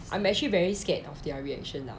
I am actually very scared of their reaction ah